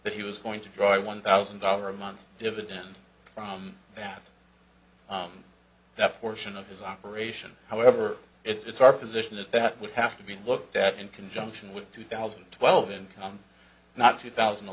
that he was going to draw a one thousand dollar a month dividend from that that portion of his operation however it's our position that that would have to be looked at in conjunction with two thousand and twelve income not two thousand